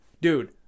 dude